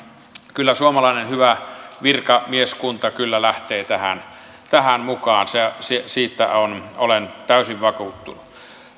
kyllä suomalainen hyvä virkamieskunta lähtee tähän tähän mukaan siitä olen täysin vakuuttunut